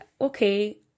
Okay